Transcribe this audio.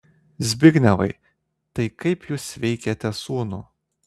zbignevai tai kaip jūs veikiate sūnų